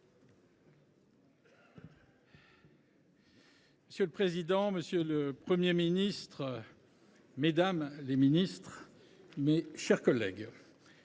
Monsieur le président, monsieur le Premier ministre, mesdames, messieurs les ministres, mes chers collègues,